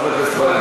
חבר הכנסת מקלב.